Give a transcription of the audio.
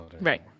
Right